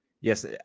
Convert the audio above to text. Yes